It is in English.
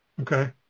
Okay